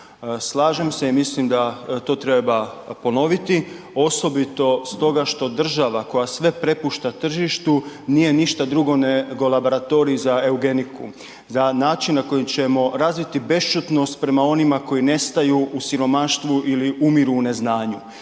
Slažem se i mislim da to treba ponoviti, osobito stoga što država koja sve prepušta tržištu, nije ništa drugo nego laboratorij za eugeniku, za način na koji ćemo razviti besćutnost prema onima koji nestaju u siromaštvu ili umiru u neznanju